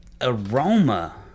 aroma